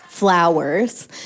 Flowers